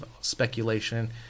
speculation